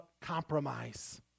compromise